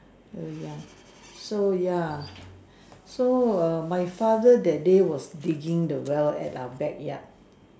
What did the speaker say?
very young so ya so err my father that day was digging the well at our backyard